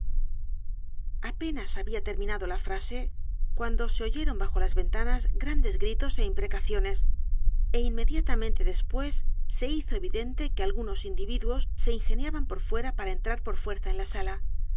apenas había terminado la frase cuando se oyeron bajo las ventanas g r a n d e s gritos é imprecaciones é inmediatamente después se hizo evidente que algunos individuos se ingeniaban por fuera p a r a e n